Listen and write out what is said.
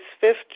fifth